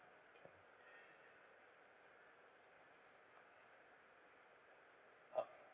uh